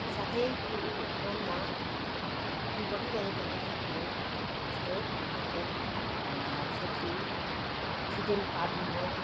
साथै वर्तमानमा अघि बढिरहेका लेखकहरू जस्तो लेखनाथ छेत्री छुदेन काबिमो